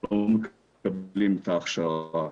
ולא מקבלים את ההכשרה,